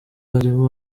harimo